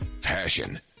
Passion